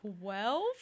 Twelve